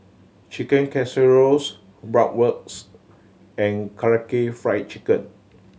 Chicken Casserole Bratwurst and Karaage Fried Chicken